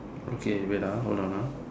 okay wait ah hold on ah